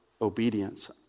obedience